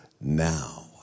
now